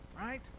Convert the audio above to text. right